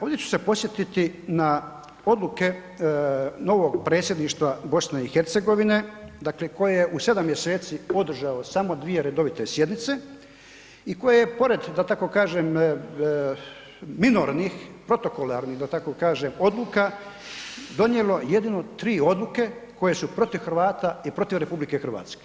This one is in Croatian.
Ovdje ću se podsjetiti na odluke novog predsjedništva BiH dakle koji je u 7 mjeseci održao samo dvije redovite sjednice i koji je pored, da tako kažem minornih, protokolarnih, da tako kažem odluka donijelo jedino tri odluke koje su protiv Hrvata i protiv RH.